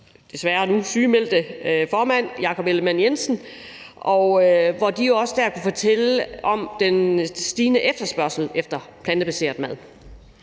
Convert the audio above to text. desværre nu sygemeldte formand, Jakob Ellemann Jensen, og der kunne de også fortælle om den stigende efterspørgsel efter plantebaseret mad.